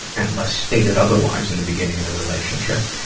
and unless stated otherwise in the beginning of the relationship.